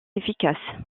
efficace